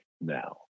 now